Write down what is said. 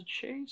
chase